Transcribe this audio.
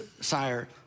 Sire